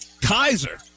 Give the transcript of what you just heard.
Kaiser